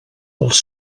els